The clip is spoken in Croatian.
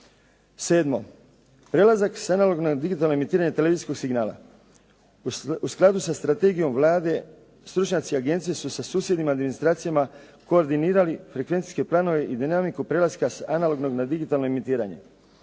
7. prelazak sa analognog na digitalni emitiranje televizijskog signala. U skladu sa strategijom Vlade, stručnjaci agencije su sa susjednim administracijama koordinirali frekvencijske planove i dinamiku prelaska sa analognog. Proveli smo javni